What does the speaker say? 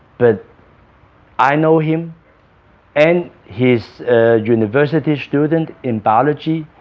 but i know him and he's a university student in biology